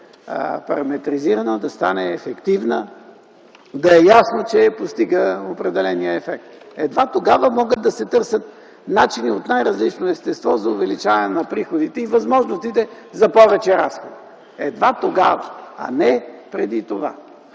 параметризирана, да стане ефективна, да е ясно, че постига определения ефект”. Едва тогава могат да се търсят начини от най-различно естество за увеличаване на приходите и възможностите за повече разходи. Едва тогава, а не преди това.